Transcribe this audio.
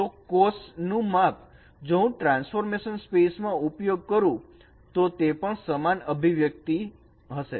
તો cos નું માપ જો હું ટ્રાન્સફોર્મર સ્પેસમાં ઉપયોગ કરું તો તે પણ સમાન અભિવ્યક્તિ હશે